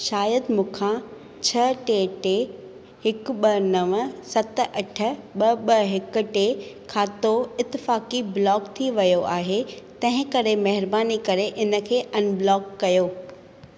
शायदि मूंखां छह टे टे हिकु ॿ नव सत अठ ॿ ॿ हिकु टे खातो इतफाक़ी ब्लॉक थी वियो आहे तंहिं करें महिरबानी करे इन खे अनब्लॉक कयो